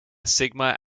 sigma